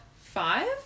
five